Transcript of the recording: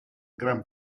gran